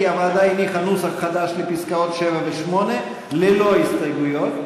כי הוועדה הניחה נוסח חדש לפסקאות (7) ו-(8) ללא הסתייגויות.